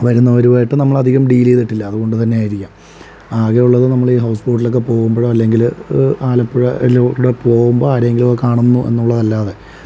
വരുന്നവരുമായിട്ടു നമ്മൾ അധികം ഡീല് ചെയ്തട്ടില്ല അതുകൊണ്ടു തന്നെ ആയിരിക്കാം ആകെയുള്ളത് നമ്മൾ ഈ ഹൗസ്ബോട്ടിലൊക്കെ പോകുമ്പോഴോ അല്ലെങ്കിൽ ആലപ്പുഴയിലൂടെ പോകുമ്പോൾ ആരെങ്കിലുമൊക്കെ കാണുന്നു എന്നുള്ളതല്ലാതെ